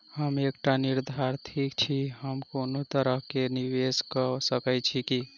हम एकटा विधार्थी छी, हम कोनो तरह कऽ निवेश कऽ सकय छी की?